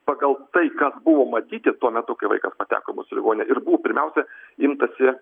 pagal tai kas buvo matyti tuo metu kai vaikas pateko į mūsų ligoninę ir buvo pirmiausia imtasi